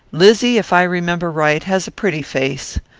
lizzy, if i remember right, has a pretty face.